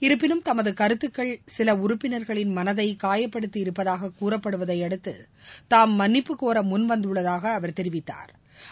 இருப்பினும் தமது கருத்துகள் சில உறுப்பினர்களின் மனதை காயப்படுத்தியிருப்பதாக கூறப்படுவதை அடுத்து தாம் மன்னிப்பு கோர முன்வந்துள்ளதாக தெரிவித்தாா்